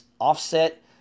offset